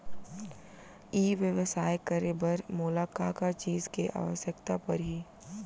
ई व्यवसाय करे बर मोला का का चीज के आवश्यकता परही?